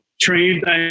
Trained